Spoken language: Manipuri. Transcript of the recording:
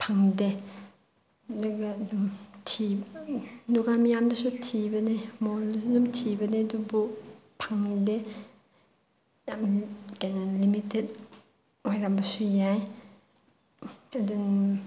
ꯐꯪꯗꯦ ꯑꯗꯨꯒ ꯗꯨꯀꯥꯟ ꯃꯌꯥꯝꯗꯁꯨ ꯊꯤꯕꯅꯤ ꯃꯣꯜꯗꯁꯨ ꯊꯤꯕꯅꯤ ꯑꯗꯨꯕꯨ ꯐꯪꯗꯦ ꯌꯥꯝ ꯀꯩꯅꯣ ꯂꯤꯃꯤꯇꯦꯠ ꯑꯣꯏꯔꯝꯕꯁꯨ ꯌꯥꯏ ꯑꯗꯨꯅ